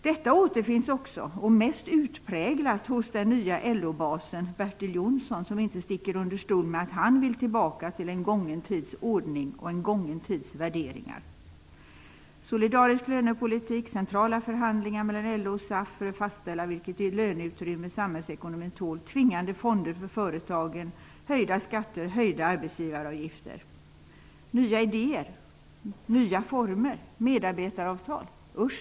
Detta återfinns också -- och mest utpräglat -- hos den nye LO-basen, Bertil Jonsson som inte sticker under stol med att han vill tillbaka till en gången tids ordning och värderingar, nämligen solidarisk lönepolitik, centrala förhandlingar mellan LO och SAF för att fastställa vilket löneutrymme samhällsekonomin tål, tvingande fonder för företagen, höjda skatter, höjda arbetsgivaravgifter. Vill man ha nya idéer, nya former eller medarbetaravtal? Usch, nej!